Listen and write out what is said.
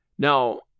Now